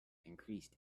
increased